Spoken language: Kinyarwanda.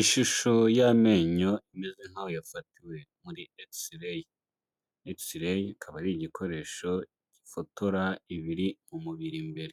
Ishusho y'amenyo imeze nkaho yafatiwe muri x-ray, x-rqy ikaba ari igikoresho gifotora ibiri mu mubiri mbere,